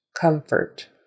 Comfort